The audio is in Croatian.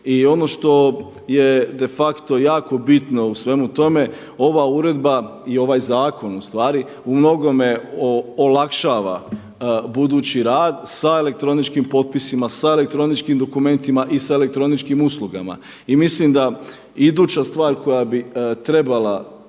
I ono što je de facto jako bitno u svemu tome i ova uredba i ovaj zakon u stvari umnogome olakšava budući rad sa elektroničkim potpisima, sa elektroničkim dokumentima i sa elektroničkim uslugama. I mislim da iduća stvar koja bi trebala